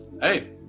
hey